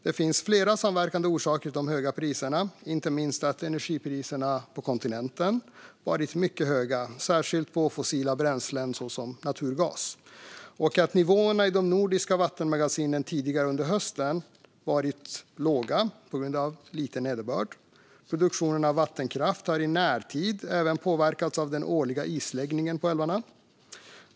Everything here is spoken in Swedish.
Det finns flera samverkande orsaker till de höga priserna, inte minst att energipriserna på kontinenten har varit mycket höga, särskilt på fossila bränslen såsom naturgas, och att nivåerna i de nordiska vattenmagasinen tidigare under hösten varit låga på grund av lite nederbörd. Produktionen av vattenkraft har i närtid även påverkats av den årliga isläggningen på älvarna.